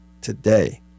today